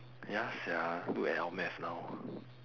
ya sia look at our maths now